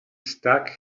stuck